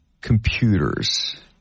computers